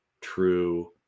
true